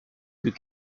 que